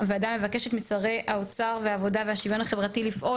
9. הוועדה מבקשת משרי האוצר והעבודה והשוויון החברתי לפעול